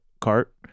cart